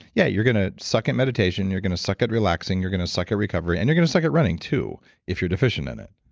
yeah, you're going to suck at meditation, you're going to suck at relaxing you're going to suck at recovery and you're going to suck at running too if you're deficient in it